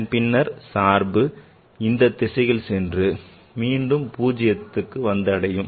அதன் பின்னர் சார்பு இந்த திசையில் சென்று மீண்டும் பூஜ்ஜியத்தை வந்தடையும்